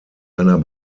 einer